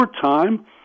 time